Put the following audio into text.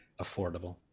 affordable